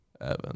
Evan